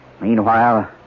Meanwhile